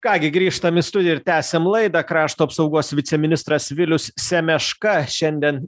ką gi grįžtam į studiją ir tęsiam laidą krašto apsaugos viceministras vilius semeška šiandien